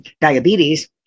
diabetes